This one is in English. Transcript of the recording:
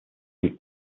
treat